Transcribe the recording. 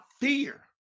fear